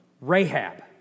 Rahab